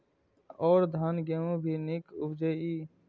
और धान गेहूँ भी निक उपजे ईय?